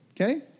okay